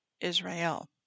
Israel